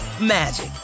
magic